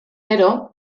gero